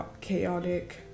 chaotic